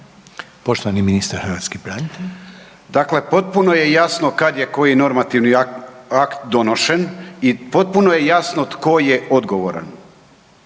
Poštovani ministar hrvatskih branitelja. **Medved, Tomo (HDZ)** Dakle, potpuno je jasno kad je koji normativni akt donošen i potpuno je jasno tko je odgovoran.